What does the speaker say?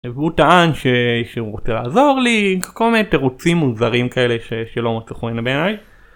והוא טען שהוא רוצה לעזור לי, כל מיני תירוצים מוזרים כאלה שלא מצאו חן בעיניי.